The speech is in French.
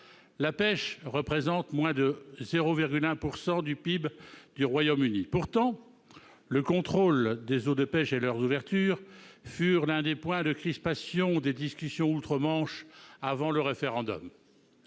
La pêche représente moins de 0,1 % du PIB du Royaume-Uni. Pourtant, le contrôle des eaux de pêche et leur ouverture furent l'un des points de crispation des discussions outre-Manche avant le référendum.